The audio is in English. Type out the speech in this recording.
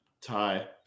tie